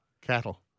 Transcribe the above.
Cattle